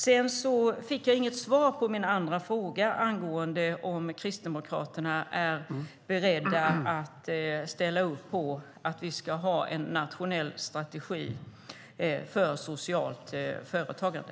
Jag fick inget svar på min andra fråga om Kristdemokraterna är beredda att ställa upp på en nationell strategi för socialt företagande.